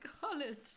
college